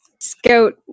Scout